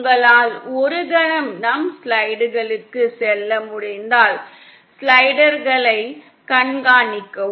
உங்களால் ஒரு கணம் நம் ஸ்லைடுகளுக்குச் செல்ல முடிந்தால் ஸ்லைடர்களைக் கண்காணிக்கவும்